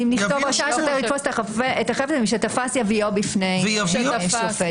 "שתפס, יביאו בפני השופט".